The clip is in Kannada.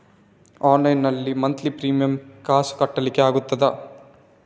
ಆನ್ಲೈನ್ ನಲ್ಲಿ ಮಂತ್ಲಿ ಪ್ರೀಮಿಯರ್ ಕಾಸ್ ಕಟ್ಲಿಕ್ಕೆ ಆಗ್ತದಾ?